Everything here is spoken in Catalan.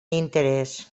interès